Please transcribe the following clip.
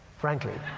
frankly.